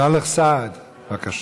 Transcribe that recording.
סאלח סעד, בבקשה.